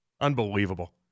Unbelievable